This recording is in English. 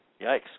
Yikes